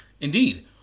Indeed